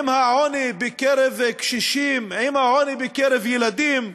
עם העוני בקרב קשישים, עם העוני בקרב ילדים.